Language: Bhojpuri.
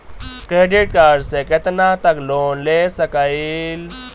क्रेडिट कार्ड से कितना तक लोन ले सकईल?